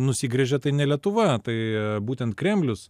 nusigręžė tai ne lietuva tai būtent kremlius